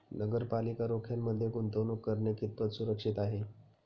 नगरपालिका रोख्यांमध्ये गुंतवणूक करणे कितपत सुरक्षित आहे?